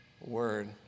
word